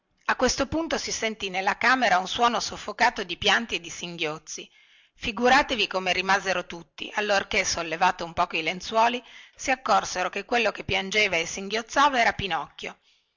a questo punto si sentì nella camera un suono soffocato di pianti e di singhiozzi figuratevi come rimasero tutti allorché sollevati un poco i lenzuoli si accorsero che quello che piangeva e singhiozzava era pinocchio